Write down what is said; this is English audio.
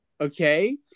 Okay